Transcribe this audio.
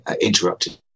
interrupted